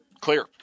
clear